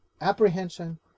apprehension